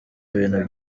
bintu